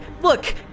look